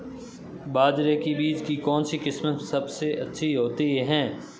बाजरे के बीज की कौनसी किस्म सबसे अच्छी होती है?